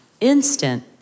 Instant